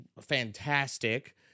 fantastic